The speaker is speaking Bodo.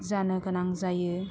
जानो गोनां जायो